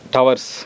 Towers